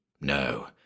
No